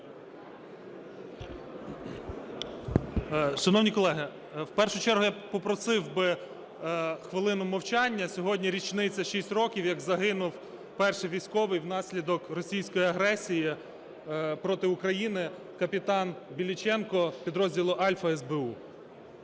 Шановні колеги, в першу чергу я попросив би хвилину мовчання. Сьогодні річниця, 6 років, як загинув перший військовий внаслідок російської агресії проти України. Капітан Біліченко підрозділу "Альфа" СБУ.